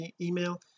email